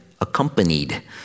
accompanied